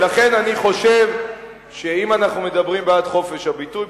ולכן אני חושב שאם אנחנו מדברים בעד חופש הביטוי,